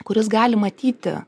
kuris gali matyti